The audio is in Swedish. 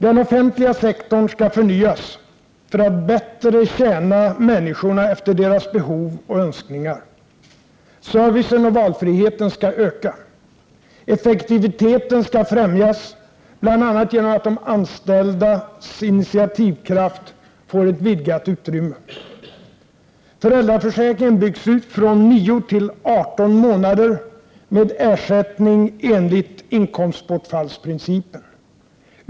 Den offentliga sektorn skall förnyas för att bättre tjäna människorna efter deras behov och önskningar. Servicen och valfriheten skall öka. Effektiviteten skall främjas, bl.a. genom att de anställdas initiativkraft får ett vidgat utrymme. Föräldraförsäkringen byggs ut från 9 till 18 månader, med ersättning enligt inkomstbortfallsprincipen.